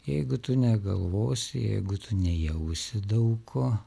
jeigu tu negalvosi jeigu tu nejausi daug ko